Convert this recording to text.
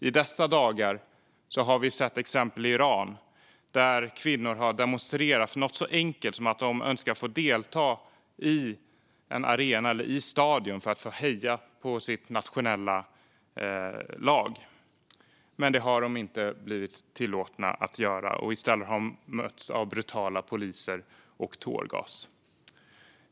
I dessa dagar har vi sett exempel i Iran där kvinnor har demonstrerat för något så enkelt som att få delta på en arena eller stadion och heja på sitt nationella lag. Men det har de inte tillåtits göra, utan i stället har de mötts av brutala poliser och tårgas.